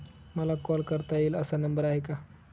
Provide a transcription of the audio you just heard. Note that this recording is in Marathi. मला कॉल करता येईल असा नंबर आहे का?